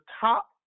top